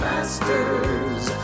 Masters